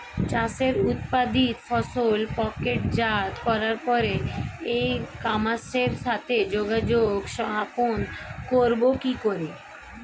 চাষের উৎপাদিত ফসল প্যাকেটজাত করার পরে ই কমার্সের সাথে যোগাযোগ স্থাপন করব কি করে?